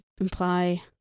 imply